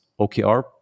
OKR